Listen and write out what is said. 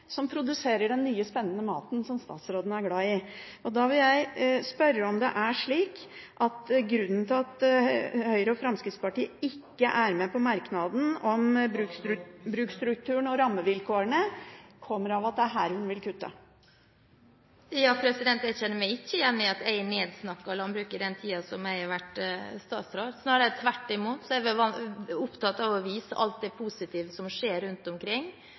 som produserer den nye, spennende maten som statsråden er glad i. Jeg vil spørre om det er slik at grunnen til at Høyre og Fremskrittspartiet ikke er med på merknaden om bruksstruktur og rammevilkår, er at det er her hun vil kutte. Jeg kjenner meg ikke igjen i at jeg har nedsnakket landbruket i den tiden jeg har vært statsråd – snarere tvert imot. Jeg har vært opptatt av å vise alt det positive som skjer rundt omkring,